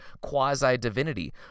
quasi-divinity